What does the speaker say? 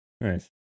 nice